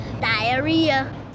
Diarrhea